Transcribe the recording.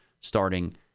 starting